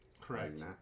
Correct